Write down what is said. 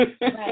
right